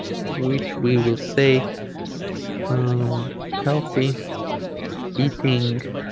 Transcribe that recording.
which we will say um healthy eating